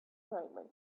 brightly